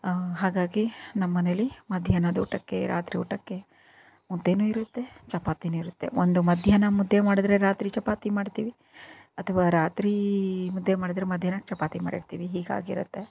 ಹಾಗಾಗಿ ನಮ್ಮ ಮನೆಯಲ್ಲಿ ಮಧ್ಯಾಹ್ನದ ಊಟಕ್ಕೆ ರಾತ್ರಿ ಊಟಕ್ಕೆ ಮುದ್ದೆಯೂ ಇರುತ್ತೆ ಚಪಾತಿಯೂ ಇರುತ್ತೆ ಒಂದು ಮಧ್ಯಾಹ್ನ ಮುದ್ದೆ ಮಾಡಿದರೆ ರಾತ್ರಿ ಚಪಾತಿ ಮಾಡ್ತೀವಿ ಅಥವಾ ರಾತ್ರಿ ಮುದ್ದೆ ಮಾಡಿದರೆ ಮಧ್ಯಾಹ್ನಕ್ಕೆ ಚಪಾತಿ ಮಾಡಿರ್ತೀವಿ ಹೀಗಾಗಿರತ್ತೆ